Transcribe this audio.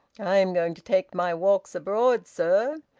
i'm going to take my walks abroad, sir.